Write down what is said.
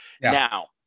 Now